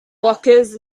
blockers